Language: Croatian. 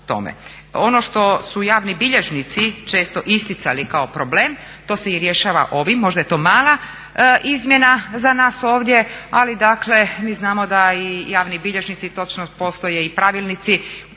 Ono što su javni bilježnici često isticali kao problem to se i rješava ovim, možda je to mala izmjena za nas ovdje ali dakle mi znamo da i javni bilježnici, točno postoje i pravilnici